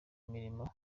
birimo